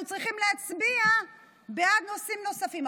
אנחנו צריכים להצביע בעד נושאים נוספים.